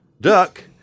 duck